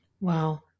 Wow